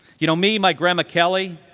you know me, my grandma kelly,